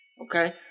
Okay